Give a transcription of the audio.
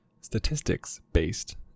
statistics-based